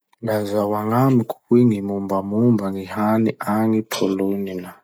Lazao agnamiko hoe gny mombamomba gny hany agny Polonina?